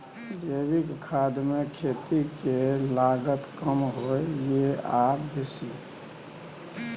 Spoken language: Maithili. जैविक खाद मे खेती के लागत कम होय ये आ बेसी?